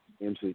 MC